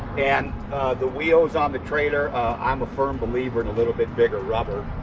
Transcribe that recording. and the wheels on the trailer i'm a firm believer in a little bit bigger rubber.